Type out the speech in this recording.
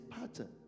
pattern